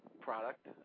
product